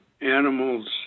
animals